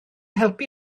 helpu